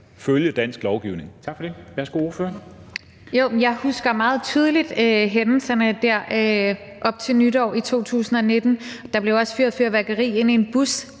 følge dansk lovgivning.